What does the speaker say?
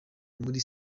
muri